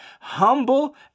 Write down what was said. humble